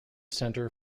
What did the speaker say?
center